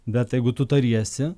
bet jeigu tu tariesi